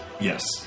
Yes